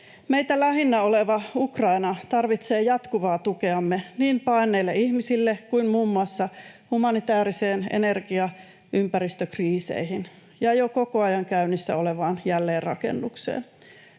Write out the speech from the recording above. Meitä lähinnä oleva Ukraina tarvitsee jatkuvaa tukeamme niin paenneille ihmisille kuin muun muassa humanitääriseen kriisiin, energia- ja ympäristökriiseihin ja jo koko ajan käynnissä olevaan jälleenrakennukseen.